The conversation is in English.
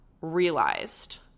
realized